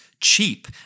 cheap